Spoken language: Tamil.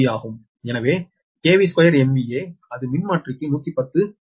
ஆகும் எனவே 2MVA அது மின்மாற்றிக்கு 110 ஆகும்